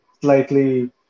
slightly